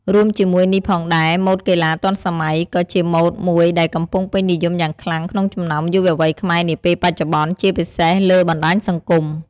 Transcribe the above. រួមជាមួយនេះផងដែរ ម៉ូដកីឡាទាន់សម័យ ក៏ជាម៉ូដមួយដែលកំពុងពេញនិយមយ៉ាងខ្លាំងក្នុងចំណោមយុវវ័យខ្មែរនាពេលបច្ចុប្បន្ន ជាពិសេសលើបណ្ដាញសង្គម។